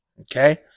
okay